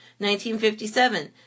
1957